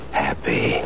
happy